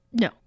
No